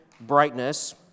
brightness